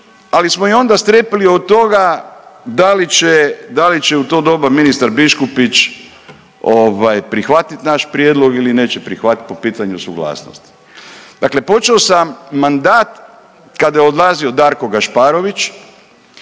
ali smo i onda strepili od toga da li će, da li će u to doba ministar Biškupić ovaj prihvatiti naš prijedlog ili neće prihvatiti po pitanju suglasnosti. Dakle, počeo sam mandat kada je odlazio Darko Gašparović